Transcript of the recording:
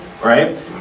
Right